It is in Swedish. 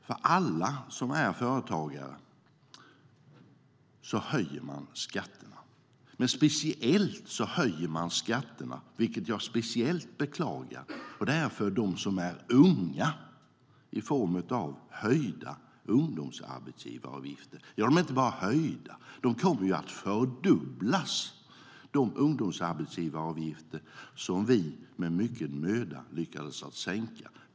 För alla som är företagare höjer man skatterna. Särskilt höjer man skatterna, vilket jag särskilt beklagar, för dem som är unga genom höjda ungdomsarbetsgivargifter. Man inte bara höjer utan kommer att fördubbla de ungdomsarbetsgivaravgifter som vi med mycken möda lyckades sänka.